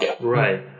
right